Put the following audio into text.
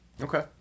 okay